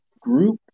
group